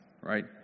right